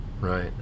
right